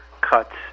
cuts